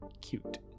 cute